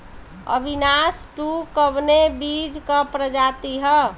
Avinash two कवने बीज क प्रजाति ह?